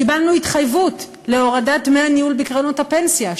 קיבלנו התחייבות להורדת דמי הניהול מקרנות הפנסיה.